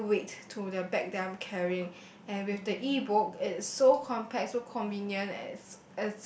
added weight to the bag that I'm carrying and with the E book it's so compact so convenient and